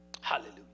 Hallelujah